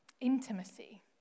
intimacy